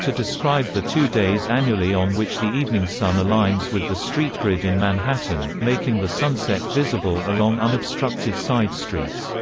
to describe the two days annually on which the evening sun aligns with the street grid in manhattan, making the sunset visible along unobstructed side streets.